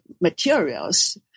materials